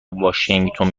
واشینگتن